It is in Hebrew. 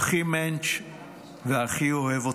הכי מענטש והכי אוהב.